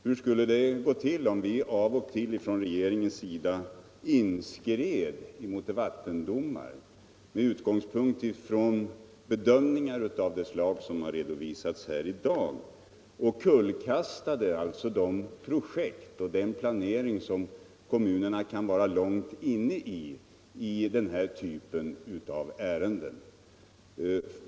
Hur skulle det bli om regeringen av och till inskred mot vattendomar med utgångspunkt i bedömningar av det slag som redovisats i dag och kullkastade de projekt och den planering som kommunerna kan vara långt inne i?